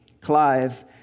Clive